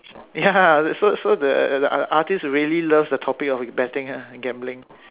ya so so the the artist really loves the topic of betting !huh! gambling